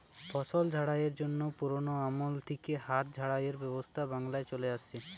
ফসল ঝাড়াইয়ের জন্যে পুরোনো আমল থিকে হাত ঝাড়াইয়ের ব্যবস্থা বাংলায় চলে আসছে